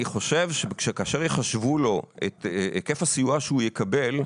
אני חושב שכאשר יחשבו לו את היקף הסיוע שהוא יקבל,